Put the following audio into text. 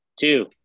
two